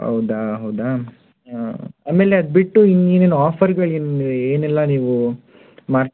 ಹೌದ ಹೌದಾ ಆಮೇಲೆ ಅದ್ಬಿಟ್ಟು ಇನ್ನೇನು ಆಫರ್ಗಳು ಇನ್ನು ಏನೆಲ್ಲ ನೀವು ಮಾಡಿ